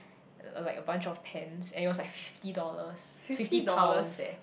like a bunch of pens and it was like fifty dollars fifty pounds eh